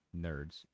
nerds